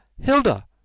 Hilda